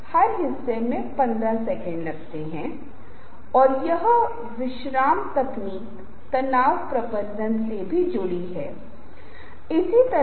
इसलिए जब आप शुरू करते हैं तो यह ध्यान में रखते हुए आपके पास एक विशेष ध्वनि हो सकती है और जब आप रुकेंगे तो आपके पास थोड़ी अलग ध्वनि हो सकती है